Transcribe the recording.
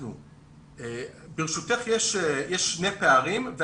ברשותך, יש שני פערים.